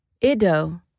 Ido